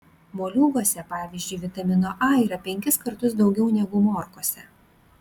moliūguose pavyzdžiui vitamino a yra penkis kartus daugiau negu morkose